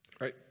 right